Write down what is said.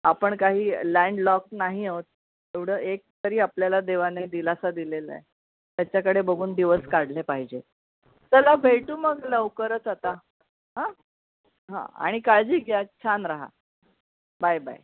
आपण काही लँडलॉक नाही आहोत एवढं एक तरी आपल्याला देवाने दिलासा दिलेला आहे त्याच्याकडे बघून दिवस काढले पाहिजे चला भेटू मग लवकरच आता आणि काळजी घ्या छान राहा बाय बाय